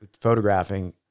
photographing